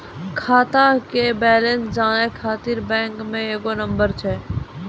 खाता के बैलेंस जानै ख़ातिर बैंक मे एगो नंबर छै?